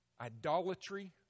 Idolatry